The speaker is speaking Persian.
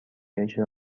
اجرا